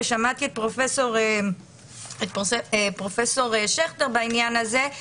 ושמעתי את פרופסור שכטר בעניין הזה,